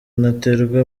ntaterwa